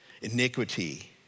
iniquity